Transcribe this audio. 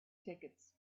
tickets